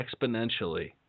exponentially